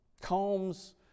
combs